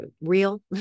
real